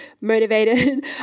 motivated